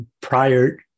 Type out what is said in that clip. prior